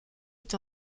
est